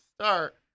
start